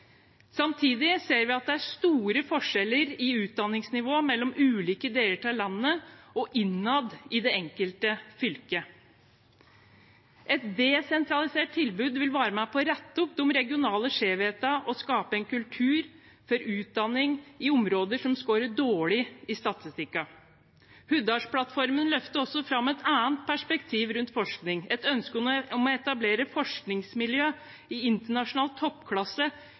Samtidig ser vi at det er store forskjeller i utdanningsnivået mellom ulike deler av landet og innad i det enkelte fylke. Et desentralisert tilbud vil være med på å rette opp de regionale skjevhetene og skape en kultur for utdanning i områder som skårer dårlig i statistikkene. Hurdalsplattformen løfter også fram et annet perspektiv rundt forskning – et ønske om å etablere et forskningsmiljø i internasjonal toppklasse